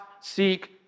seek